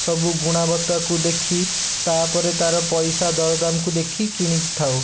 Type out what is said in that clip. ସବୁ ଗୁଣାବତ୍ତାକୁ ଦେଖି ତା'ପରେ ତା'ର ପଇସା ଦରଦାମ୍ କୁ ଦେଖି କିଣି ଥାଉ